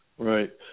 Right